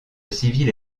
civile